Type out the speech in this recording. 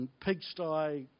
pigsty